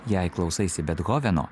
jei klausaisi bethoveno